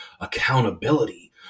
accountability